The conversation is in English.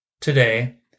Today